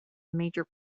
major